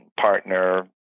partner